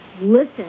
listen